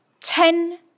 ten